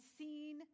seen